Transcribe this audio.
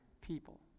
people